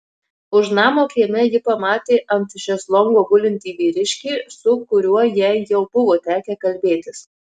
už namo kieme ji pamatė ant šezlongo gulintį vyriškį su kuriuo jai jau buvo tekę kalbėtis